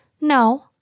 No